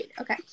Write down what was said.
Okay